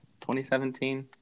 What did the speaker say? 2017